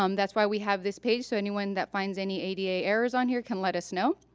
um that's why we have this page so anyone that finds any ada errors on here can let us know.